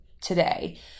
today